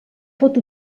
pot